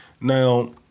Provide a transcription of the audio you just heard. now